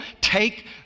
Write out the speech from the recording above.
take